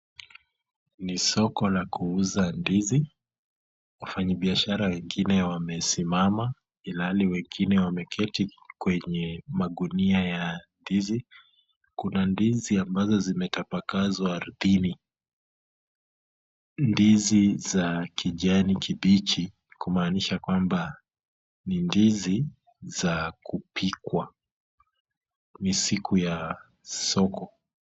Ni soko la kuuza ndizi, wafanyibiashara wengine wamesimama ilhali wengine wameketi kwenye magunia ya ndizi, kuna ndizi ambazo zimetapakazwa ardhini, ndizi za kijani kibichi kumaanisha kwamba ni ndizi za kupikwa, ni siku ya soko.